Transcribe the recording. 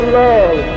love